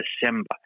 December